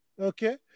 Okay